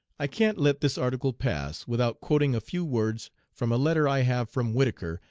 i can't let this article pass without quoting a few words from a letter i have from whittaker,